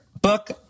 book